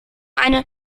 eine